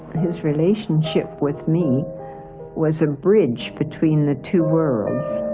his relationship with me was a bridge between the two worlds.